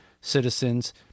citizens